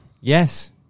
Yes